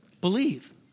believe